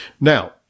Now